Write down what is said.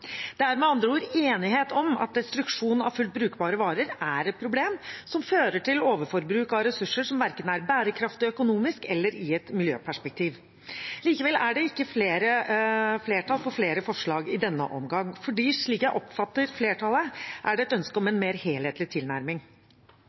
Det er med andre ord enighet om at destruksjon av fullt brukbare varer er et problem som fører til overforbruk av ressurser, noe som verken er bærekraftig økonomisk eller i et miljøperspektiv. Likevel er det ikke flertall for flere forslag i denne omgang, for slik jeg oppfatter flertallet, er det et ønske om